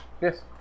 Yes